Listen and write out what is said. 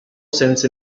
sense